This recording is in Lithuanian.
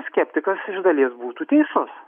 skeptikas iš dalies būtų teisus